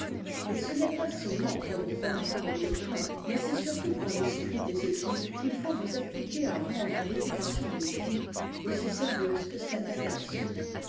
et ce n'est pas seulement pour les programmes et le plan mais c'est surtout pour l'esprit des études qu'il faut vous appliquer à rendre l'éducation d'une fille aussi sérieuse que celle d'un garçon